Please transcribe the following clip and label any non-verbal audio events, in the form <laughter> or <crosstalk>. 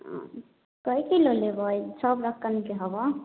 कै किलो लेबै <unintelligible> के हवऽ